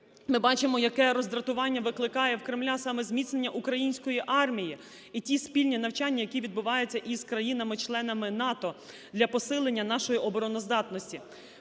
Ми бачимо, яке роздратування викликає в Кремля саме зміцнення української армії і ті спільні навчання, які відбуваються із країнами-членами НАТО для посилення нашої обороноздатності.